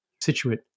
situate